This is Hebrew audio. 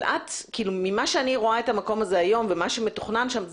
אבל ממה שאני רואה את המקום הזה היום ומה שמתוכנן שם,